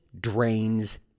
drains